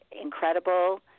incredible